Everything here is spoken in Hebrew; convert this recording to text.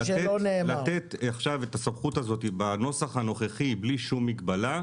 לתת עכשיו את הסמכות הזאת בנוסח הנוכחי בלי שום מגבלה,